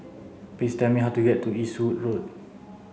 please tell me how to get to Eastwood Road